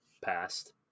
passed